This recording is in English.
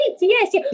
yes